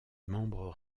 membres